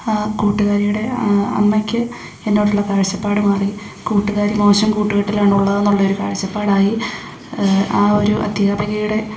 ആ കൂട്ടുകാരിയുടെ അമ്മയ്ക്ക് എന്നോടുള്ള കാഴ്ചപ്പാടു മാറി കൂട്ടുകാരി മോശം കൂട്ടുകെട്ടിലാണുള്ളതെന്നുള്ളൊരു കാഴ്ചപ്പാടായി ആ ഒരു അധ്യാപികയുടെ